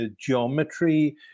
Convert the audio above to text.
geometry